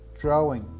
Drawing